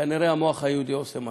כנראה המוח היהודי עושה משהו.